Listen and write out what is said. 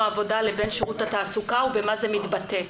העבודה לבין שירות התעסוקה ובמה זה מתבטא.